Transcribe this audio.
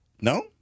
No